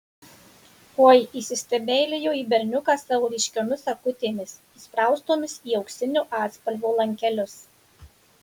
oi įsistebeilijo į berniuką savo ryškiomis akutėmis įspraustomis į auksinio atspalvio lankelius